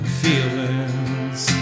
feelings